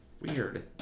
weird